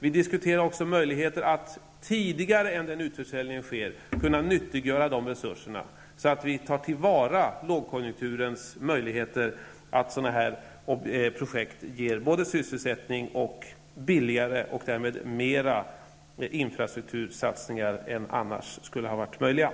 Vi diskuterar också möjligheten att innan den utförsäljningen sker kunna nyttiggöra de resurserna, så att vi tar till vara lågkonjunkturens möjligheter att, samtidigt som projekten ger sysselsättning, få billigare och fler infrastruktursatsningar än som annars skulle ha varit möjligt.